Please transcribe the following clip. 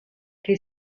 che